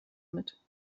mit